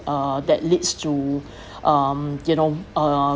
uh that leads to um you know uh